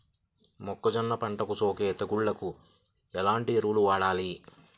మొక్కజొన్న పంటలకు సోకే తెగుళ్లకు ఎలాంటి ఎరువులు వాడాలి?